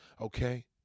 Okay